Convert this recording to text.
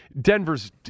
Denver's